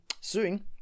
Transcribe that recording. suing